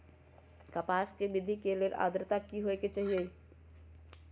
कपास के खेती के लेल अद्रता की होए के चहिऐई?